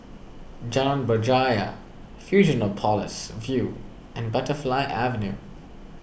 Jalan Berjaya Fusionopolis View and Butterfly Avenue